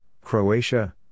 Croatia